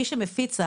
מי שמפיץ,